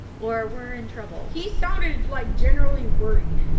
or we're in trouble. he sounded like generally worried.